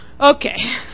Okay